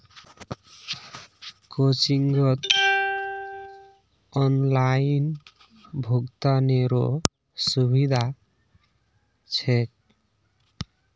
कोचिंगत ऑनलाइन भुक्तानेरो सुविधा छेक